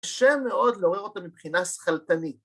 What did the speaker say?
קשה מאוד לעורר אותה מבחינה שכלתנית.